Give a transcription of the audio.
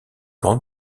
grande